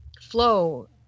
flow